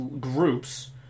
groups